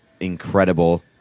incredible